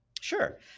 Sure